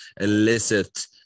illicit